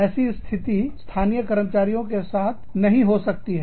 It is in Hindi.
ऐसी स्थिति स्थानीय कर्मचारियों के साथ नहीं हो सकती है